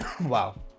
Wow